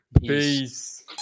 Peace